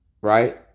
right